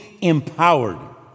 empowered